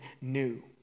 new